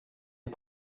est